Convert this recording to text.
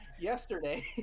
yesterday